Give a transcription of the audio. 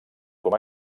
com